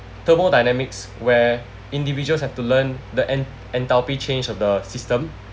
thermodynamics where individuals have to learn the change of the system